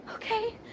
Okay